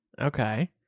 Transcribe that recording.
Okay